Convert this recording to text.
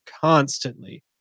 constantly